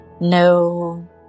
no